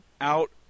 out